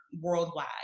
worldwide